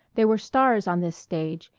they were stars on this stage,